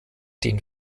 den